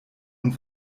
und